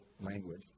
language